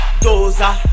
Dosa